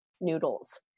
noodles